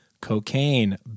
cocaine